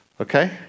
okay